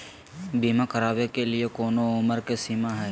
बीमा करावे के लिए कोनो उमर के सीमा है?